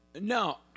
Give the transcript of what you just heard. No